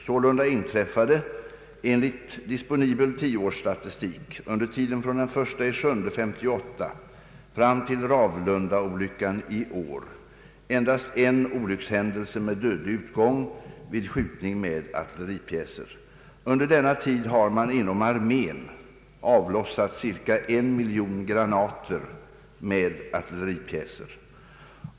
Sålunda inträffade — enligt disponibel tioårsstatistik — under tiden från 1/7 1958 fram till Ravlundaolyckan i år endast en olyckshändelse med dödlig utgång vid skjutning med artilleripjäser. Under denna tid har man inom armén avlossat ca 1 miljon granater med artilleripjäser.